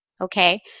Okay